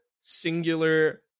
singular